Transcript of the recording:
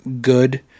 good